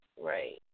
right